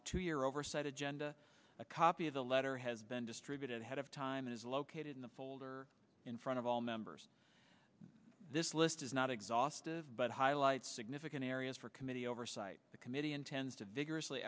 a two year oversight agenda a copy of the letter has been distributed ahead of time is located in the folder in front of all members of this list is not exhaustive but highlights significant areas for committee oversight the committee intends to vigorously